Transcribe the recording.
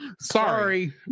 sorry